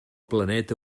planeta